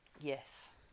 yes